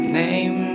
name